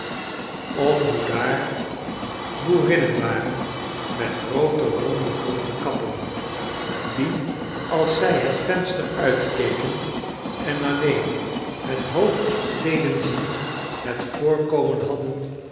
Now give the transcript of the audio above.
of hoe daar boerinnen waren met groote ronde bonte kappen die als zij het venster uitkeken en alleen het hoofd deden zien het voorkomen hadden